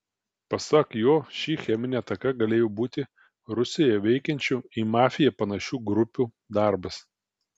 pasak jo ši cheminė ataka galėjo būti rusijoje veikiančių į mafiją panašių grupių darbas